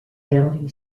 county